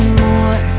more